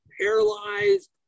paralyzed